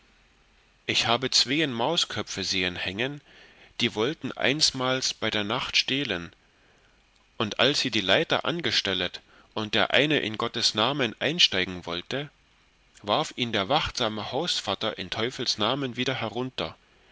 ich habe zween mausköpfe sehen hängen die wollten einsmals bei der nacht stehlen und als sie die leiter angestellet und der eine in gottes namen einsteigen wollte warf ihn der wachtsame hausvatter ins teufels namen wieder herunter